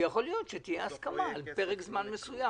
ויכול להיות שתהיה הסכמה לפרק זמן מסוים,